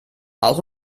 auch